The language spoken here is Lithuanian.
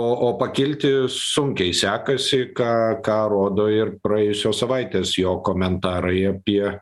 o o pakilti sunkiai sekasi ką ką rodo ir praėjusios savaitės jo komentarai apie